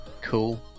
Cool